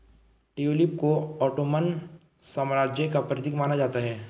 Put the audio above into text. tulip को Ottoman साम्राज्य का प्रतीक माना जाता है